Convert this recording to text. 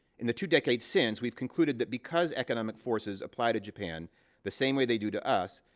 in the two decades since, we've concluded that, because economic forces apply to japan the same way they do to us,